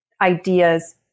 ideas